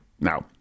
Now